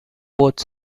both